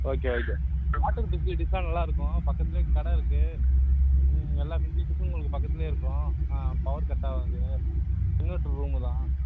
okay okay water ஃபெசிலிடீஸ்லாம் நல்லாருக்கும் பக்கத்துலையே கடை இருக்கு ம் எல்லா ஃபெசிலிடீஸ்ஸும் பக்கத்துலையே இருக்கும் ஆ பவர் கட்டாவாது இன்வெர்டர் ரூமு தான்